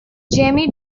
jamie